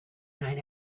night